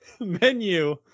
menu